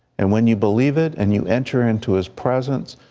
and when you believe it, and you enter into his presence,